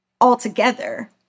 altogether